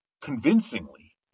convincingly